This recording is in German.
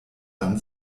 dann